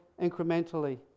incrementally